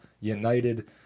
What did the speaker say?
United